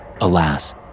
Alas